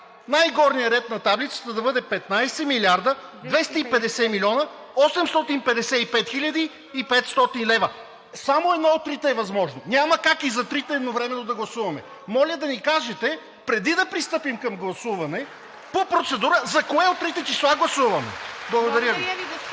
най-горния ред на таблицата да бъде 15 млрд. 250 млн. 855 хил. и 500 лв.? Само едно от трите е възможно. Няма как и за трите едновременно да гласуваме. Моля да ни кажете, преди да пристъпим към гласуване по процедура, за кое от трите числа гласуваме? Благодаря Ви.